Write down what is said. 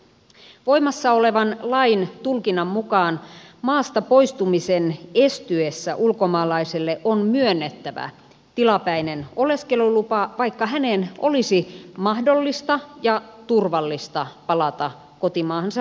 voimassa olevan lain tulkinnan mukaan maasta poistumisen estyessä ulkomaalaiselle on myönnettävä tilapäinen oleskelulupa vaikka hänen olisi mahdollista ja turvallista palata kotimaahansa vapaaehtoisesti